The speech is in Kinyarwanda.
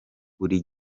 buri